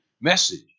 message